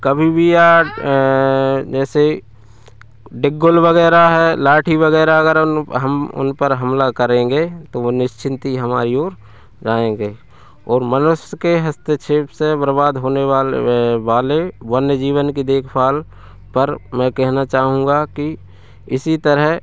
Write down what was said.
कभी भी या जैसे डिग्गुल वग़ैरह है लाठी वग़ैरह अगर हम उन पर हमला करेंगे तो वो निश्चिंत ही हमारी ओर जाएँगे और मनुश्य के हस्तक्षेप से बरबाद होने वाले वाले वन्य जीवन की देखभाल पर मैं कहना चाहूँगा कि इसी तरह